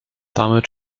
damit